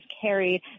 carried